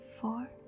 four